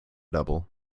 double